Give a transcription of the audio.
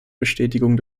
bestätigung